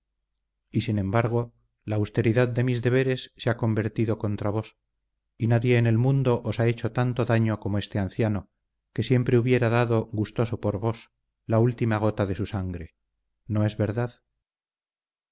y sin embargo la austeridad de mis deberes se ha convertido contra vos y nadie en el mundo os ha hecho tanto daño como este anciano que siempre hubiera dado gustoso por vos la última gota de su sangre no es verdad